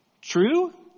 True